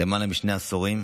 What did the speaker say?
למעלה משני עשורים,